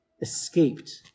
escaped